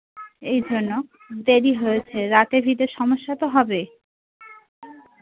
এই জন্য দেরি হয়েছে রাতের দিকে সমস্যা তো হবে